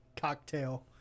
cocktail